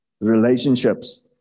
relationships